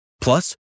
Plus